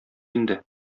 инде